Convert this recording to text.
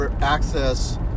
access